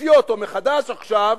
המציא אותו מחדש עכשיו,